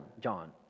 John